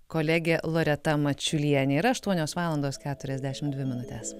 kolegė loreta mačiulienė yra aštuonios valandos keturiasdešim dvi minutės